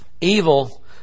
evil